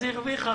אז הרוויחה,